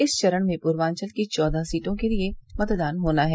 इस चरण में पूर्वांचल की चौदह सीटों के लिये मतदान होना है